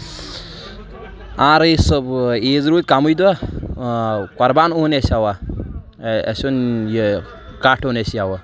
آ سُہ عیٖذ روٗدۍ کَمٕے دۄہ قۄربان اوٚن أسۍ اَوا اَسہِ اوٚن یہِ کٹھ اوٚن أسۍ یَوٕ